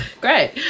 great